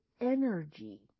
energy